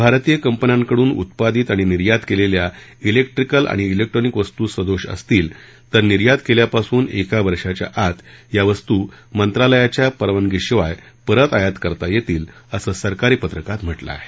भारतीय कंपन्याकडून उत्पादित आणि निर्यात केलेल्या इलेक्ट्रीकल आणि इलेक्ट्रॉनिक वस्तू सदोष असतील तर निर्यात केल्यापासून एका वर्षाच्या आत या वस्तू मंत्रालयाच्या परवानगीशिवाय परत आयात करता येतील असं सरकारी पत्रकात म्हटलं आहे